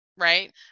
Right